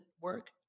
work